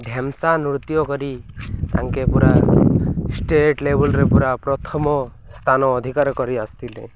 ଢେମସା ନୃତ୍ୟ କରି ତାଙ୍କେ ପୁରା ଷ୍ଟେଟ୍ ଲେବଲ୍ରେ ପୁରା ପ୍ରଥମ ସ୍ଥାନ ଅଧିକାର କରି ଆସିଥିଲେ